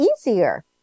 easier